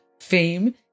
fame